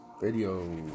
Video